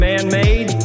man-made